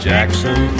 Jackson